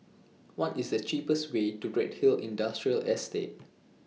What IS The cheapest Way to Redhill Industrial Estate